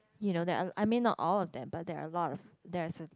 you know that I mean not all of them but there are a lot of there's a